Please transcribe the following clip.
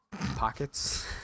pockets